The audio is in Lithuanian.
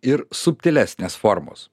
ir subtilesnės formos